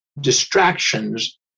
distractions